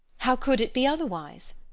how could it be otherwise?